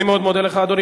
אני מאוד מודה לך, אדוני.